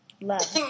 Love